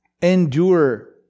endure